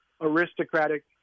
aristocratic